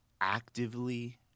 actively